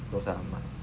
those are